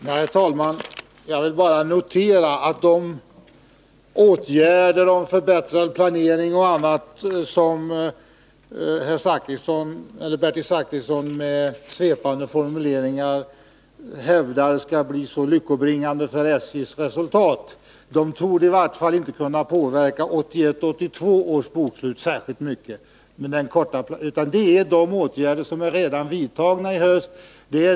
Herr talman! Jag vill bara notera att de åtgärder i fråga om förbättrad planering och annat, som Bertil Zachrisson med svepande formuleringar hävdar skulle bli så lyckobringande för SJ:s resultat, i varje fall inte torde kunna påverka 1981/82 års bokslut särskilt mycket, utan det kan bara de åtgärder som är vidtagna redan i höst.